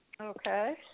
Okay